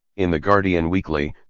in the guardian weekly,